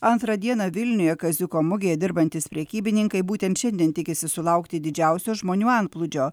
antrą dieną vilniuje kaziuko mugėje dirbantys prekybininkai būtent šiandien tikisi sulaukti didžiausio žmonių antplūdžio